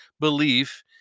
belief